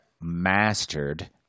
mastered